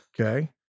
okay